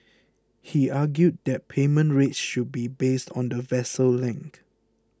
he argued that payment rates should be based on the vessel length